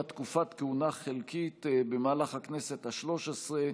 תקופת כהונה חלקית במהלך הכנסת השלוש-עשרה,